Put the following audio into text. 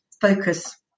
focus